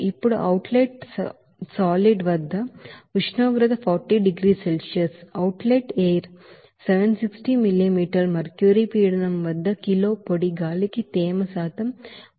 ఇప్పుడు outlet solid వద్ద ఉష్ణోగ్రత 40 డిగ్రీల సెల్సియస్ అవుట్ లెట్ ఎయిర్ 760 మిల్లీమీటర్ల మెర్క్యురీ పీడనం వద్ద కిలో పొడి గాలికి తేమ శాతం 0